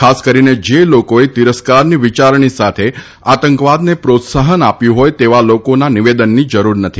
ખાસ કરીને જે લોકોએ તિરસ્કારની વિયારણી સાથે આતંકવાદને પ્રોત્સાહન આપ્યું હોય તેવા લોકોના નિવેદનની જરૂર નથી